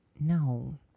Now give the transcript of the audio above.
no